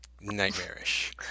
nightmarish